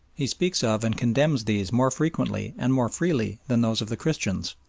he speaks of and condemns these more frequently and more freely than those of the christians,